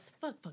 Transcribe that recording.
fuck